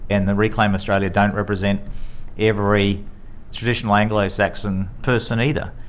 and the reclaim australia don't represent every traditional anglo-saxon person either.